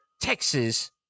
Texas